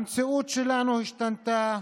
המציאות שלנו השתנתה,